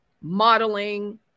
modeling